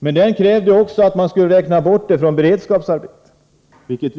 motionen krävde också att man skulle räkna bort detta belopp från beredskapsarbetet.